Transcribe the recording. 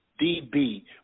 DB